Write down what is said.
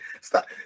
Stop